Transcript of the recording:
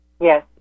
Yes